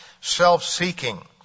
self-seeking